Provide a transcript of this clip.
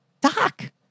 Doc